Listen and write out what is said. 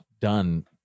done